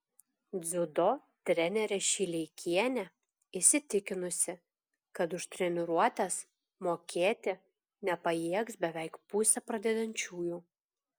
dziudo trenerė šileikienė įsitikinusi kad už treniruotes mokėti nepajėgs beveik pusė pradedančiųjų